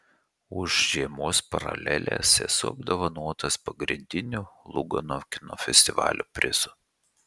už žiemos paraleles esu apdovanotas pagrindiniu lugano kino festivalio prizu